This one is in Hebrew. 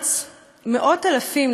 בארץ מאות אלפים,